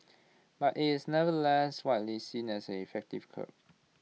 but is nevertheless widely seen as an effective curb